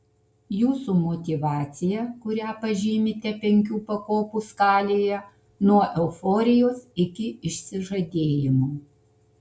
jūsų motyvacija kurią pažymite penkių pakopų skalėje nuo euforijos iki išsižadėjimo